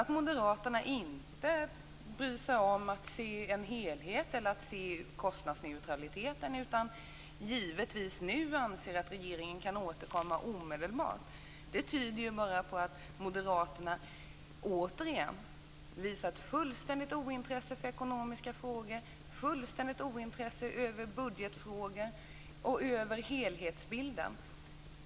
Att moderaterna sedan inte bryr sig om att se en helhet eller att se kostnadsneutraliteten, utan givetvis nu anser att regeringen kan återkomma omedelbart, tyder bara på att moderaterna återigen visat fullständigt ointresse för ekonomiska frågor, för budgetfrågor och för helhetsbilden.